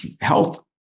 health